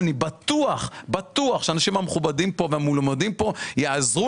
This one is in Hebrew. אני בטוח שהאנשים המכובדים והמלומדים פה יעזרו